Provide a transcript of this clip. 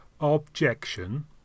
objection